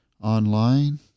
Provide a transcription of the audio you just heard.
online